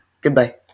goodbye